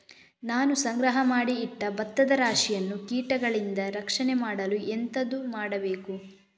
ನಾನು ಸಂಗ್ರಹ ಮಾಡಿ ಇಟ್ಟ ಭತ್ತದ ರಾಶಿಯನ್ನು ಕೀಟಗಳಿಂದ ರಕ್ಷಣೆ ಮಾಡಲು ಎಂತದು ಮಾಡಬೇಕು?